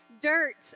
dirt